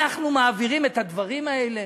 אנחנו מעבירים את הדברים האלה.